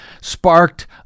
sparked